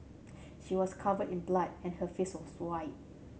she was covered in blood and her face was white